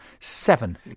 seven